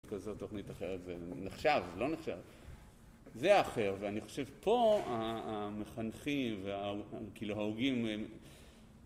כזו תוכנית אחרת זה נחשב זה לא נחשב זה אחר ואני חושב פה המחנכים